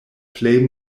plej